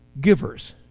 givers